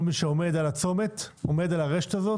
כל מי שעומד על הרשת הזאת,